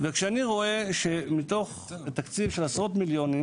אני רואה שבתקציב של עשרות מיליונים,